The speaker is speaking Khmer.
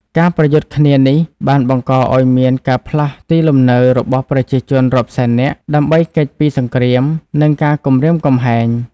ការប្រយុទ្ធគ្នានេះបានបង្កឱ្យមានការផ្លាស់ទីលំនៅរបស់ប្រជាជនរាប់សែននាក់ ដើម្បីគេចពីសង្គ្រាម និងការគំរាមកំហែង។